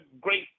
great